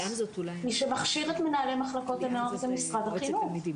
מי שמכשיר את מנהלי מחלקות הנוער זה משרד החינוך.